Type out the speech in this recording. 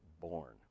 born